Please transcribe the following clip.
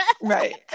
Right